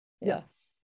Yes